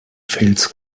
fels